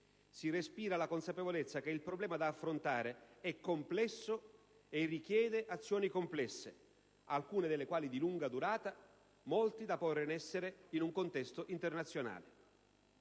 si respira la consapevolezza che il problema da affrontare è complesso e richiede azioni complesse, alcune delle quali di lunga durata e molte da porre in essere in un contesto internazionale.